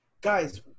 guys –